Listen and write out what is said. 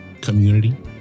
community